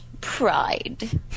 pride